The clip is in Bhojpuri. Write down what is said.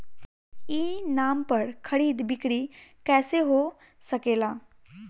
ई नाम पर खरीद बिक्री कैसे हो सकेला?